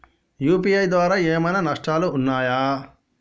UPI ద్వారా ఏమైనా నష్టాలు ఉన్నయా?